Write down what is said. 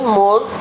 more